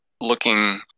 looking